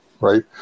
right